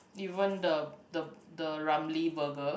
even the the the Ramly burger